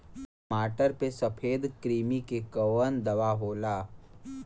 टमाटर पे सफेद क्रीमी के कवन दवा होला?